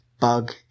bug